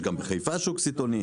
יש גם בחיפה שוק סיטונאי.